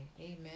amen